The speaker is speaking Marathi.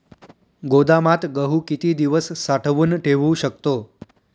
गोदामात गहू किती दिवस साठवून ठेवू शकतो?